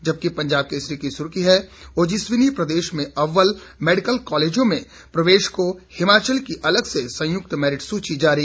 जबकि पंजाब केसरी की सुर्खी है ओजस्विनी प्रदेश में अव्वल मेडिकल कॉलेजों में प्रवेश को हिमाचल की अलग से संयुक्त मैरिट सूची जारी